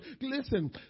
Listen